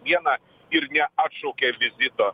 vieną ir neatšaukia vizito